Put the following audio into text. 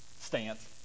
stance